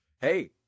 hey